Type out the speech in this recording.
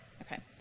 Okay